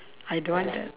I don't want the